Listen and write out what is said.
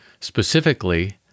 Specifically